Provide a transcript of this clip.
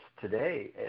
today